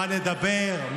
מה נדבר,